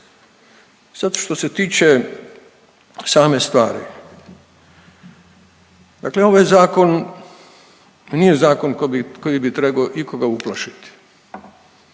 Sad što se tiče same stvari. Dakle ovo je zakon, nije zakon koji bi trebao ikoga uplašiti.